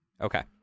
Okay